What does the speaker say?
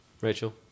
Rachel